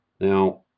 Now